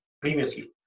previously